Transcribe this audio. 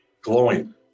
glowing